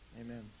Amen